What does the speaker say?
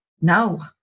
No